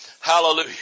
Hallelujah